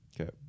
Okay